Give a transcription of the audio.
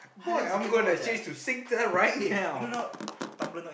what are we going to change it to sing turn right now